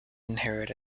inherit